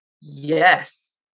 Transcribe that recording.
yes